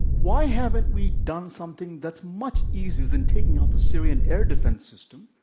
why haven't we done something that's much easier than taking out the syrian air defense system